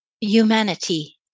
humanity